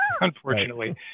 unfortunately